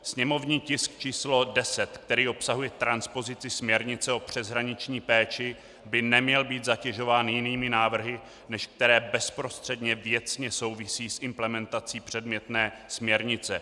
Sněmovní tisk č. 10, který obsahuje transpozici směrnice o přeshraniční péči, by neměl být zatěžován jinými návrhy, než které bezprostředně věcně souvisí s implementací předmětné směrnice.